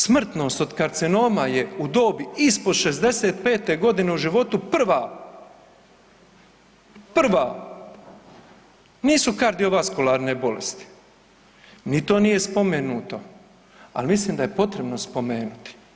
Smrtnost od karcinoma je u dobi ispod 65.g. u životu prva, prva, nisu kardiovaskularne bolesti, ni to nije spomenuto, al mislim da je potrebno spomenuti.